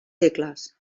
segles